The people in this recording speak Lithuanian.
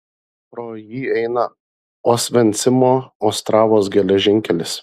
pro jį eina osvencimo ostravos geležinkelis